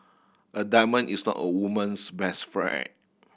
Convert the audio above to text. a diamond is not a woman's best friend